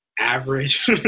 average